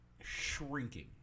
shrinking